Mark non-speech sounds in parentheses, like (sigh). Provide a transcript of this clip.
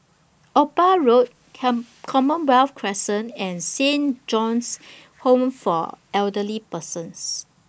(noise) Ophir Road Can Commonwealth Crescent and Saint John's Home For Elderly Persons